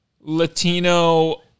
Latino